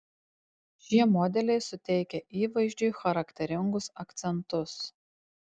šie modeliai suteikia įvaizdžiui charakteringus akcentus